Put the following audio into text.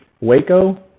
Waco